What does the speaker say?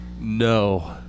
No